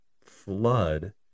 flood